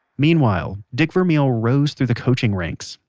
meanwhile, dick vermeil rose through the coaching ranks.